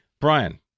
Brian